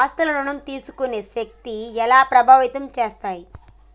ఆస్తుల ఋణం తీసుకునే శక్తి ఎలా ప్రభావితం చేస్తాయి?